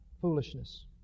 foolishness